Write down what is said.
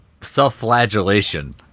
Self-flagellation